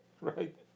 right